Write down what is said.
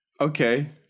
Okay